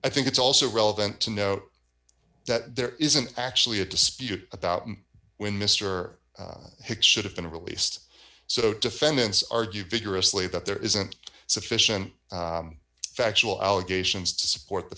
i think it's also relevant to note that there isn't actually a dispute about when mr hicks should have been released so defendants argue vigorously that there isn't sufficient factual allegations to support the